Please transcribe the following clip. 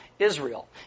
Israel